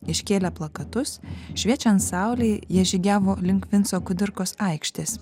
iškėlę plakatus šviečiant saulei jie žygiavo link vinco kudirkos aikštės